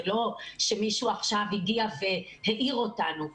זה לא שמישהו עכשיו הגיע והעיר אותנו.